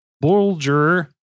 Bulger